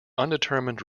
undetermined